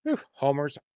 homers